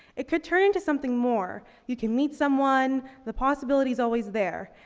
it could turn into something more, you can meet someone, the possibility is always there,